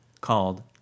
called